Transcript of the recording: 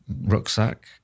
rucksack